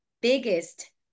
biggest